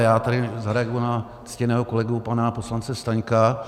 Já tady zareaguji na ctěného kolegu pana poslance Staňka.